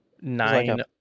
nine